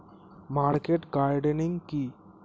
Market gardening কি?